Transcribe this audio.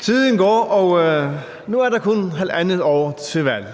Tiden går, og nu er der kun halvandet år til valget.